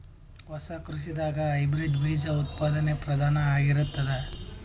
ಹೊಸ ಕೃಷಿದಾಗ ಹೈಬ್ರಿಡ್ ಬೀಜ ಉತ್ಪಾದನೆ ಪ್ರಧಾನ ಆಗಿರತದ